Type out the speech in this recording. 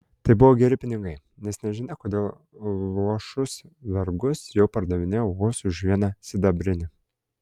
tai buvo geri pinigai nes nežinia kodėl luošus vergus jau pardavinėjo vos už vieną sidabrinį